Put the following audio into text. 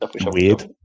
Weird